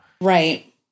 Right